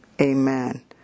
Amen